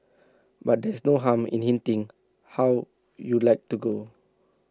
but there's no harm in hinting how you'd like to go